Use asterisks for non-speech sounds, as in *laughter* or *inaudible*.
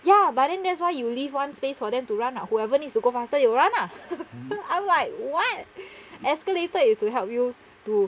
ya but then that's why you leave one space for them to run ah whoever needs to go faster they will run lah I'm *laughs* like what escalator is to help you to